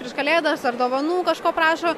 prieš kalėdas ar dovanų kažko prašo